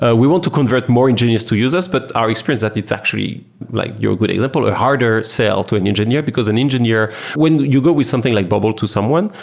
ah we want to convert more engineers to users, but our experience that it's actually like your good example, harder sale to an engineer, because an engineer when you go with something like bubble to someone,